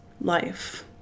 life